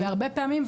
והרבה פעמים,